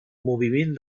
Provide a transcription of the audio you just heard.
moviment